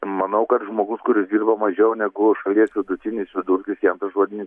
manau kad žmogus kuris dirba mažiau negu šalies vidutinis vidurkis jam tas žodinis